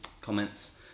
comments